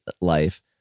life